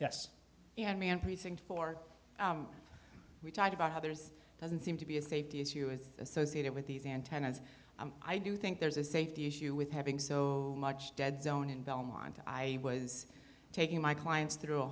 precinct four we talked about how there's doesn't seem to be a safety issue with associated with these antennas and i do think there's a safety issue with having so much dead zone in belmont i was taking my clients through a